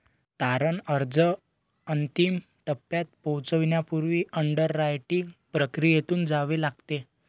तारण अर्ज अंतिम टप्प्यात पोहोचण्यापूर्वी अंडररायटिंग प्रक्रियेतून जावे लागते